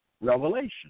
Revelation